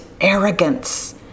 arrogance